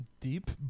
deep